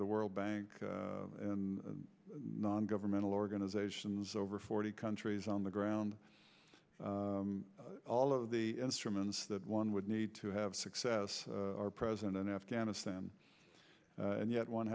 the world bank and non governmental organizations over forty countries on the ground all of the instruments that one would need to have success are present in afghanistan and yet one